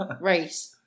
Right